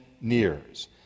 nears